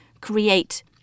create